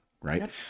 right